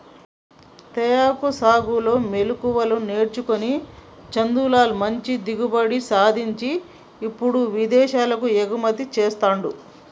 తేయాకు సాగులో మెళుకువలు నేర్చుకొని చందులాల్ మంచి దిగుబడి సాధించి ఇప్పుడు విదేశాలకు ఎగుమతి చెస్తాండు